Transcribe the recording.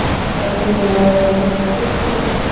start to bring more awareness to your feet.